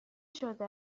شده